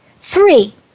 Three